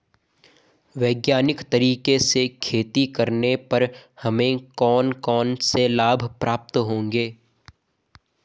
वैज्ञानिक तरीके से खेती करने पर हमें कौन कौन से लाभ प्राप्त होंगे?